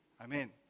Amen